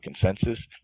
consensus